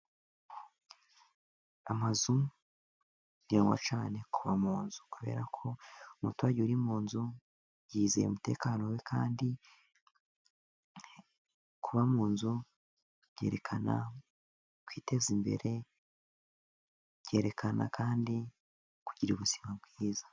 Amazu meza cyane, kuba mu nzu kubera ko umuturage uri mu nzu yizeye umutekano we. Kandi kuba mu nzu akerekana kwiteza imbere byerekana kandi kugira ubuzima bwiza.